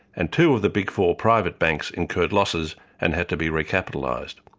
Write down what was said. and two of the big four private banks incurred losses and had to be recapitalised.